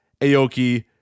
Aoki